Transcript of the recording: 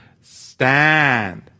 stand